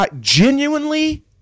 genuinely